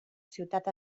ciutat